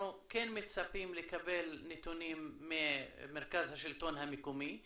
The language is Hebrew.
אנחנו מצפים לקבל נתונים ממרכז השלטון המקומי,